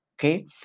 okay